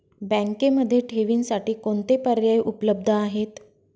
बँकेमध्ये ठेवींसाठी कोणते पर्याय उपलब्ध आहेत?